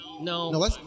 No